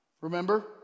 Remember